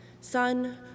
Son